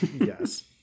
Yes